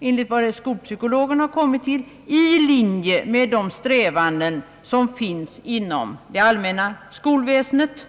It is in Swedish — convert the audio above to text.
Enligt vad skolpsykologerna kommit till arbetar Samskolan i Göteborg alltså helt i linje med de strävanden som finns inom det allmänna skolväsendet.